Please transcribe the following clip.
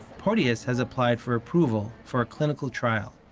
porteus has applied for approval for a clinical trial.